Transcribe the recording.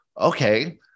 okay